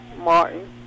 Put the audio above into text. Martin